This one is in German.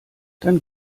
dann